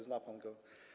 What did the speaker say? Zna pan go.